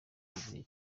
birebire